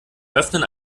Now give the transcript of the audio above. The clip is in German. öffnen